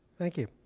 thank you.